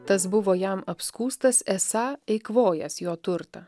tas buvo jam apskųstas esą eikvojąs jo turtą